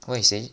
what you say